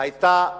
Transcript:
היתה פשוטה: